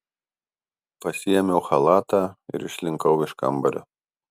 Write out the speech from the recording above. pasiėmiau chalatą ir išslinkau iš kambario